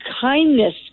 kindness